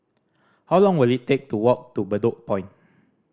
how long will it take to walk to Bedok Point